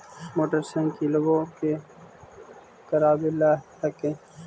मोटरसाइकिलवो के करावे ल हेकै?